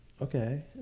Okay